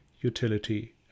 utility